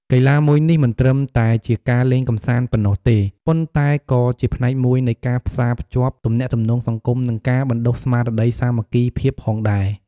កីឡាមួយនេះមិនត្រឹមតែជាការលេងកម្សាន្តប៉ុណ្ណោះទេ ប៉ុន្តែក៏ជាផ្នែកមួយនៃការផ្សារភ្ជាប់ទំនាក់ទំនងសង្គម និងការបណ្ដុះស្មារតីសាមគ្គីភាពផងដែរ។